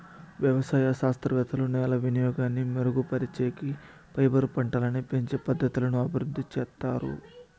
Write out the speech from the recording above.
వ్యవసాయ శాస్త్రవేత్తలు నేల వినియోగాన్ని మెరుగుపరిచేకి, ఫైబర్ పంటలని పెంచే పద్ధతులను అభివృద్ధి చేత్తారు